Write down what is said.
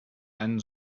einen